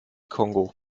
kongo